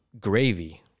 gravy